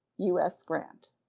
u s. grant.